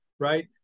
Right